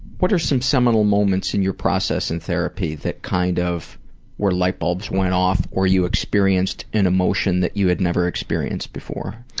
what are some seminal moments in your process of and therapy that kind of where light bulbs went off or you experienced an emotion that you had never experienced before?